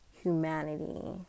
humanity